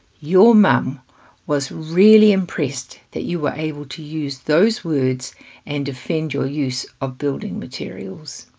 your mum was really impressed that you were able to use those words and defend your use of building materials.